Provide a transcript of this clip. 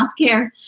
healthcare